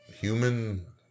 human